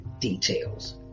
details